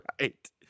right